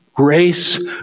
Grace